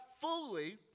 fully